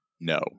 no